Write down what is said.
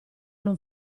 non